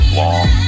long